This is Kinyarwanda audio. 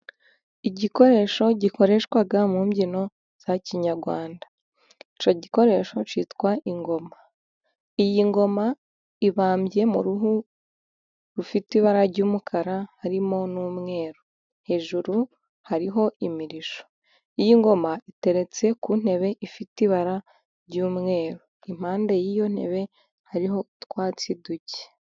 Igikoresho gikoreshwa mu mbyino za kinyarwanda icyo gikoresho cyitwa ingoma, iyi ngoma ibambye mu ruhu rufite ibara ry'umukara harimwo n'umweru, hejuru hariho imirishyo iyi ngoma iteretse ku ntebe ifite ibara ry'umweru, impande y'iyo ntebe hariho utwatsi duke.